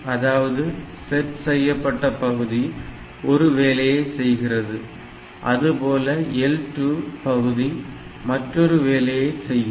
அதாவது செட்செய்யப்பட்ட பகுதி ஒரு வேலையை செய்கிறது அதுபோல L2 பகுதி மற்றொரு வேலையை செய்யும்